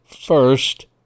first